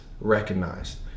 recognized